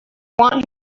want